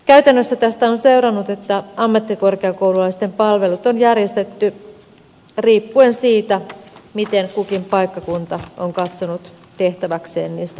käytännössä tästä on seurannut että ammattikorkeakoululaisten palvelut on järjestetty riippuen siitä miten kukin paikkakunta on katsonut tehtäväkseen niistä huolehtia